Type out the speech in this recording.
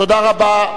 תודה רבה.